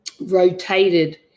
rotated